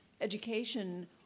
education